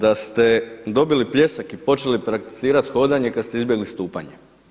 Da ste dobili pljesak i počeli prakticirati hodanje kad ste izbjegli stupanje.